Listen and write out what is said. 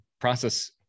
process